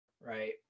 right